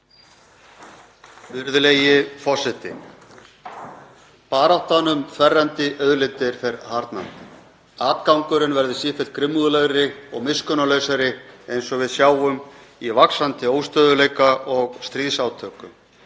Virðulegi forseti. Baráttan um þverrandi auðlindir fer harðnandi. Atgangurinn verður sífellt grimmúðlegri og miskunnarlausari eins og við sjáum í vaxandi óstöðugleika og stríðsátökum,